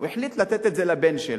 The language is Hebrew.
הוא החליט לתת את זה לבן שלו.